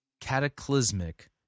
cataclysmic